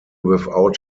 without